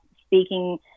speaking